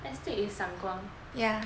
astig is 闪光